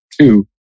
two